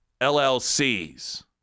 LLCs